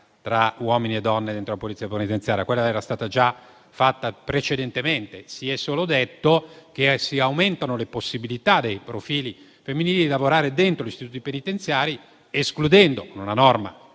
tra uomini e donne all'interno della Polizia penitenziaria (quello era stato già fatto precedentemente): si è solo detto che si aumentano le possibilità dei profili femminili di lavorare dentro gli istituti penitenziari, chiarendo, con una norma